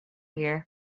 here